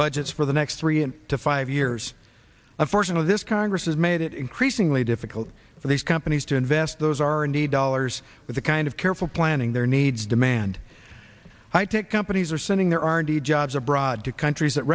budgets for the next three to five years a fortune with this congress has made it increasingly difficult for these companies to invest those are indeed dollars with the kind of careful planning their needs demand high tech companies are sending their r and d jobs abroad to countries that